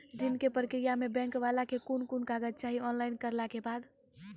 ऋण के प्रक्रिया मे बैंक वाला के कुन कुन कागज चाही, ऑनलाइन करला के बाद?